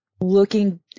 Looking